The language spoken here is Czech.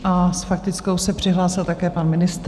A s faktickou se přihlásil také pan ministr.